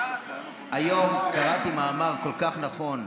היום קראתי מאמר כל כך נכון.